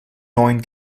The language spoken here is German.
neuen